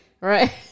Right